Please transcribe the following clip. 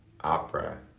opera